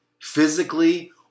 physically